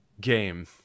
game